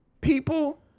people